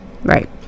Right